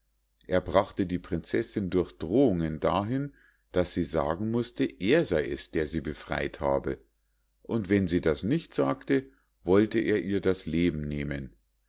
er brachte die prinzessinn durch drohungen dahin daß sie sagen mußte er sei es der sie befrei't habe und wenn sie das nicht sagte wollte er ihr das leben nehmen